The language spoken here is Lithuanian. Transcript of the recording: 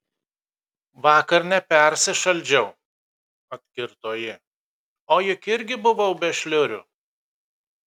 vakar nepersišaldžiau atkirto ji o juk irgi buvau be šliurių